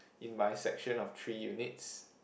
in my section of three units